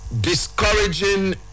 discouraging